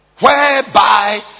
Whereby